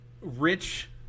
Rich